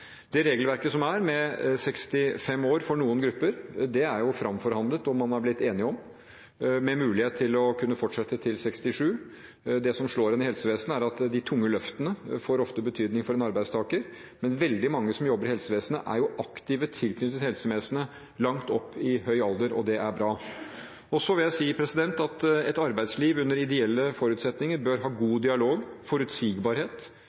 Det regelverket som er, med 65 år for noen grupper, er fremforhandlet, og det er man blitt enige om, med mulighet til å kunne fortsette til 67 år. Det som slår en i helsevesenet, er at de tunge løftene ofte får betydning for en arbeidstaker. Men veldig mange som jobber i helsevesenet, er aktivt tilknyttet helsevesenet langt opp i høy alder, og det er bra. Så vil jeg si at et arbeidsliv under ideelle forutsetninger bør ha god dialog, forutsigbarhet